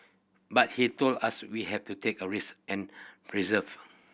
but he told us we have to take a risk and persevere